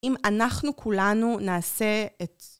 אם אנחנו כולנו נעשה את...